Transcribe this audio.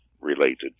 related